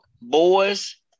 boys